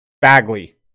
Bagley